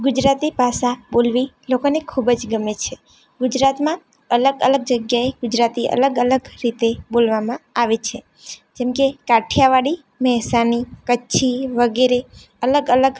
ગુજરાતી ભાષા બોલવી લોકોને ખૂબ જ ગમે છે ગુજરાતમાં અલગ અલગ જગ્યાએ ગુજરાતી અલગ અલગ રીતે બોલવામાં આવે છે જેમકે કાઠિયાવાડી મહેસાણી કચ્છી વગેરે અલગ અલગ